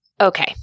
Okay